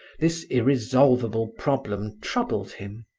this irresolvable problem troubled him.